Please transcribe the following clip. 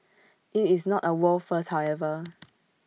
IT is not A world first however